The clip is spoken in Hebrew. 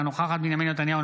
אינה נוכחת בנימין נתניהו,